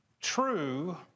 true